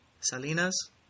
Salinas